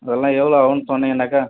அதெல்லாம் எவ்வளோ ஆகுன்னு சொன்னீங்கன்னால்